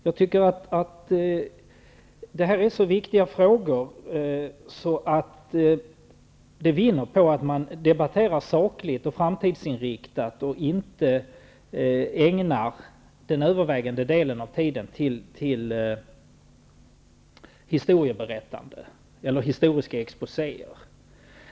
Jag tycker att det här är viktiga frågor och att de vinner på att man debatterar dem sakligt och framtidsinriktat och inte ägnar den övervägande delen av tiden till historiska exposéer.